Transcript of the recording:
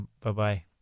Bye-bye